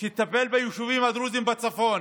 שתטפל ביישובים הדרוזיים בצפון,